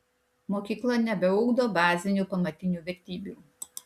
mokykla nebeugdo bazinių pamatinių vertybių